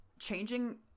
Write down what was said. changing